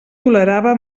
tolerava